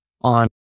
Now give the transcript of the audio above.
on